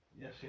Yes